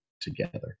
together